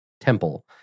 temple